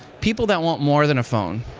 people that want more than a phone,